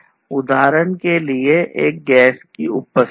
उदाहरण के लिए एक गैस की उपस्थिति